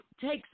takes